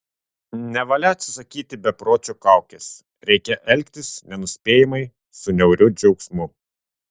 nevalia atsisakyti bepročio kaukės reikia elgtis nenuspėjamai su niauriu džiaugsmu